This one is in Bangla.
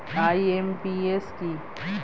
আই.এম.পি.এস কি?